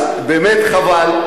אז באמת חבל.